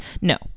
No